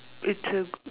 it to